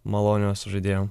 malonios žaidėjam